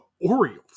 Orioles